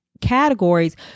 categories